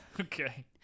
Okay